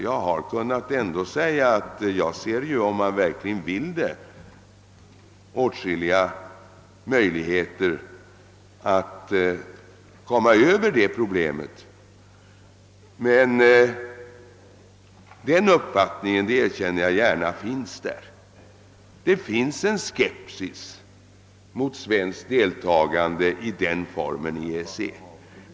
Jag har kunnat säga, att jag ser ändå åtskilliga möjligheter att lösa problemet, om man verkligen vill det. Men det finns — det erkänner jag gärna — en skepsis mot svenskt deltagande i den formen i EEC.